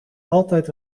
altijd